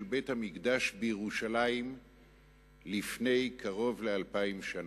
בית-המקדש בירושלים לפני קרוב לאלפיים שנה.